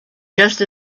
just